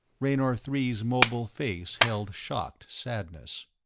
raynor three's mobile face held shocked sadness.